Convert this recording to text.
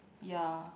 ya